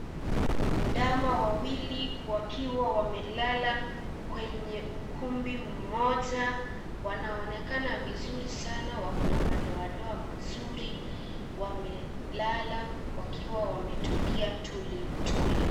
Ndama wawili wakiwa wamelala kwenye ukumbi mmoja. Wanaonekana vizuri sana wako na madodoa mazuri. Wamelala wakiwa wametulia tuli.